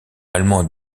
allemand